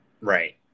Right